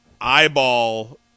eyeball